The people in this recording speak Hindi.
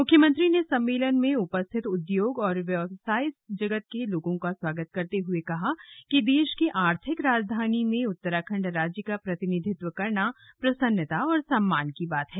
मुख्यमंत्री ने सम्मेलन में उपस्थित उद्योग एवं व्यवसाय जगत के लोगों का स्वागत करते हुए कहा कि देश की आर्थिक राजधानी में उत्तराखण्ड राज्य का प्रतिनिधित्व करना प्रसन्नता और सम्मान की बात है